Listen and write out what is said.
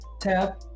tap